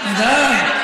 ודאי.